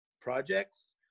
projects